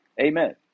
Amen